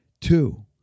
Two